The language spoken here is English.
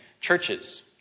churches